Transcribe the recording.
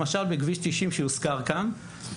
למשל בכביש 90 שהוזכר כאן,